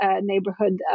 neighborhood